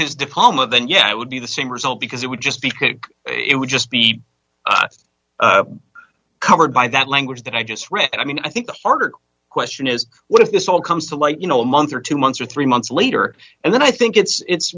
his diploma then yeah it would be the same result because it would just be quick it would just be covered by that language that i just read i mean i think the harder question is what if this all comes to light you know a month or two months or three months later and then i think it's wit